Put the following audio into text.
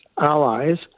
allies